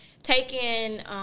taking